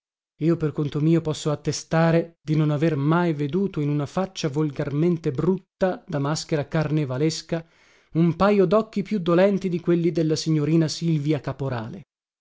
io per conto mio posso attestare di non aver mai veduto in una faccia volgarmente brutta da maschera carnevalesca un pajo docchi più dolenti di quelli della signorina silvia caporale